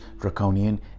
draconian